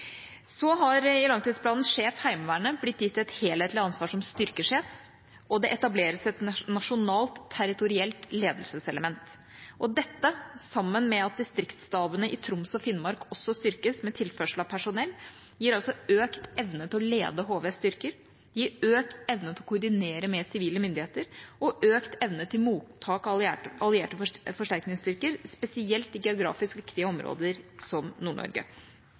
Så har i langtidsplanen Sjef Heimevernet blitt gitt et helhetlig ansvar som styrkesjef, og det etableres et nasjonalt territorielt ledelseselement. Dette, sammen med at distriktsstabene i Troms og Finnmark også styrkes med tilførsel av personell, gir økt evne til å lede HVs styrker, gir økt evne til å koordinere med sivile myndigheter og økt evne til mottak av allierte forsterkningsstyrker spesielt i geografisk viktige områder som